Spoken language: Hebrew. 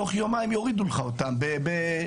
יורידו לך אותן תוך יומיים.